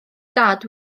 dad